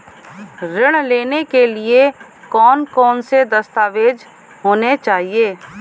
ऋण लेने के लिए कौन कौन से दस्तावेज होने चाहिए?